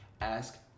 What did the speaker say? ask